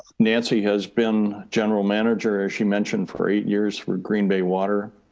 nancy has been general manager, as she mentioned for eight years for green bay water.